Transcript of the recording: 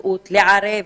הבריאות לערב